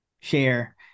share